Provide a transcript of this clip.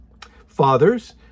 Fathers